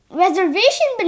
reservation